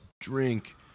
drink